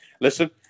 listen